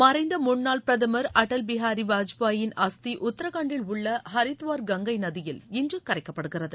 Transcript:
மறைந்த முன்னாள் பிரதமர் அடல் பிகாரி வாஜ்பாயின் அஸ்தி உத்தரகாண்டில் உள்ள ஹரித்துவார் கங்கை நதியில் இன்று கரைக்கப்படுகிறது